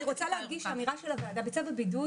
אני רוצה להדגיש אמירה של הוועדה: בצו הבידוד